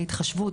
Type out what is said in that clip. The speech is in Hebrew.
ההתחשבות,